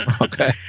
Okay